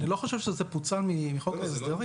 סליחה אדוני, אני לא חושב שזה פוצל מחוק הסדרים.